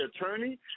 Attorney